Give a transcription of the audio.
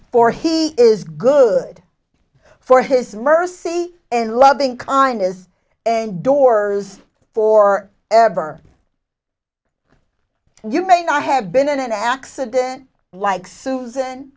for he is good for his mercy and loving kindness and doors for ever and you may not have been in an accident like susan